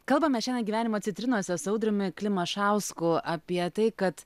kalbame šiandien gyvenimo citrinose su audriumi klimašausku apie tai kad